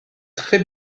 très